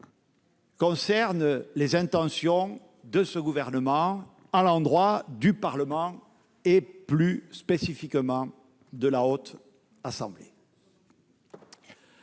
relative aux intentions de ce gouvernement à l'endroit du Parlement et, plus spécifiquement, de la Haute Assemblée.